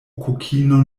kokinon